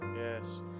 yes